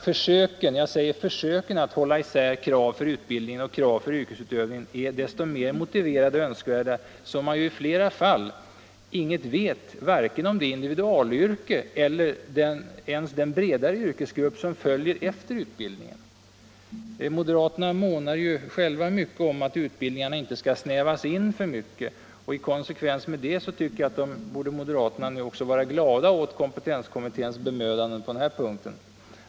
Försöken — jag säger försöken — att hålla isär krav på utbildning och krav för yrkesutövning är desto mer motiverade och önskvärda som man i flera fall inget vet vare sig om det individualyrke eller ens om den bredare yrkesgrupp som följer efter utbildningen. Moderaterna månar ju mycket om att utbildningarna inte skall snävas in för mycket, och i konsekvens med det borde de nu vara glada över kompetenskommitténs bemödanden på den här punkten.